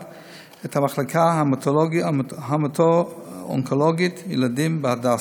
את המחלקה ההמטו-אונקולוגית ילדים בהדסה.